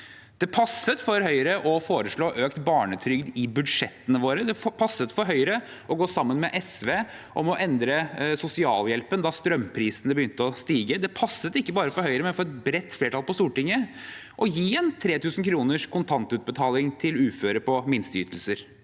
Det passet for Høyre å foreslå økt barnetrygd i budsjettene våre. Det passet for Høyre å gå sammen med SV om å endre sosialhjelpen da strømprisene begynte å stige. Det passet ikke bare for Høyre, men for et bredt flertall på Stortinget å gi en 3 000-kroners kontantutbetaling til uføre på minsteytelser.